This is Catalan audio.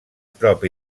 propi